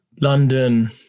London